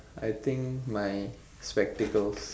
I think my spectacles